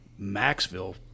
Maxville